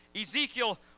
Ezekiel